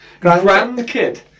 Grandkid